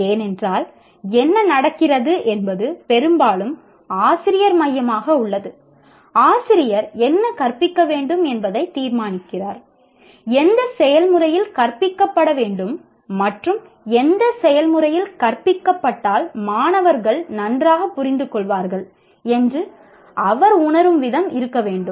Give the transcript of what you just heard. ஏனென்றால் என்ன நடக்கிறது என்பது பெரும்பாலும் ஆசிரியர் மையமாக உள்ளது ஆசிரியர் என்ன கற்பிக்க வேண்டும் என்பதை தீர்மானிக்கிறார் எந்த செயல்முறையில் கற்பிக்கப்பட வேண்டும் மற்றும் எந்த செயல்முறையில் கற்பிக்கப்பட்டால் மாணவர்கள் நன்றாக புரிந்துகொள்வார்கள் என்று அவர் உணரும் விதம் இருக்கவேண்டும்